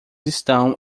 estão